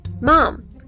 Mom